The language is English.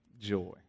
joy